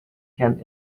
can